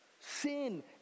Sin